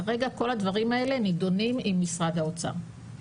כרגע כל הדברים האלה נידונים עם משרד האוצר.